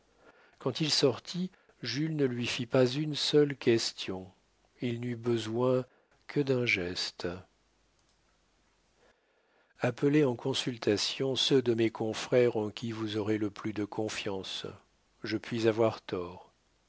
quand il sortit jules ne lui fit pas une seule question il n'eut besoin que d'un geste appelez en consultation ceux de mes confrères en qui vous aurez le plus de confiance je puis avoir tort